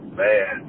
man